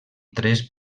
tres